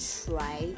try